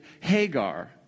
Hagar